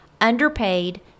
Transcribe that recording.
underpaid